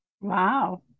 Wow